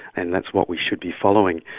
and that's what we should be following.